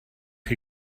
chi